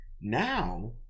now